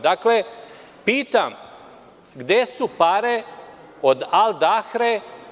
Dakle, pitam gde su pare od „Al Dahre“